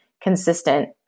consistent